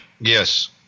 Yes